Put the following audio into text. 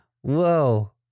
Whoa